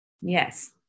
Yes